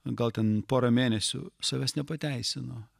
gal ten pora mėnesių savęs nepateisino